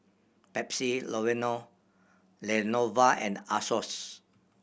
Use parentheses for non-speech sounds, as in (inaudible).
Pepsi (unintelligible) Lenovo and Asos